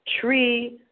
tree